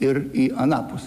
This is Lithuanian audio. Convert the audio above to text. ir į anapus